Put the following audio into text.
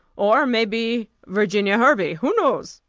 or, may be, virginia hervey who knows?